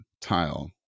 tile